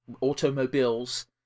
automobiles